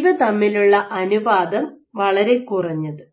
ഇവ തമ്മിലുള്ള അനുപാതം വളരെ കുറഞ്ഞത്